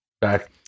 back